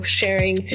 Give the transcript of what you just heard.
sharing